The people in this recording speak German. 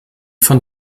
von